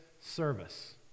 service